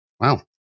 Wow